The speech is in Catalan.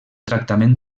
tractament